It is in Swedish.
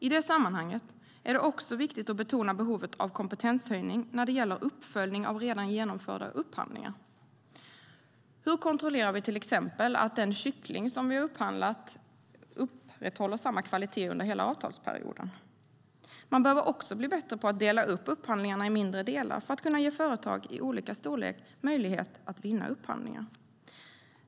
I det sammanhanget är det också viktigt att betona behovet av kompetenshöjning när det gäller uppföljning av redan genomförda upphandlingar. Hur kontrollerar vi till exempel att den kyckling som vi har upphandlat håller samma kvalitet under hela avtalsperioden? Man behöver också bli bättre på att dela upp upphandlingarna i mindre delar för att kunna ge företag av olika storlekar möjlighet att vinna upphandlingar.